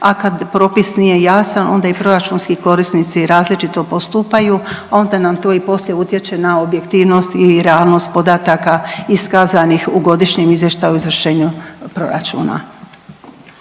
a kad propis nije jasan onda i proračunski korisnici različito postupaju, a onda nam to i poslije utječe na objektivnost i realnost podataka iskazanih u Godišnjem izvještaju o izvršenju proračuna.